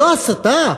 זו הסתה?